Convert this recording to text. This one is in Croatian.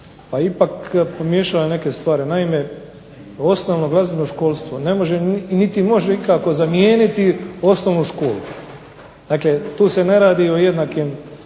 ipak pomiješala je neke stvari, naime, osnovno glazbeno školstvo ne može zamijeniti osnovnu školu. Dakle, tu se ne radi o jednakim